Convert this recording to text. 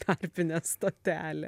tarpinę stotelę